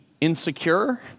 insecure